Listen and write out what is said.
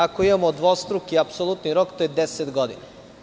Ako imamo dvostruki apsolutni rok to je deset godina.